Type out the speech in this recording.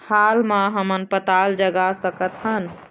हाल मा हमन पताल जगा सकतहन?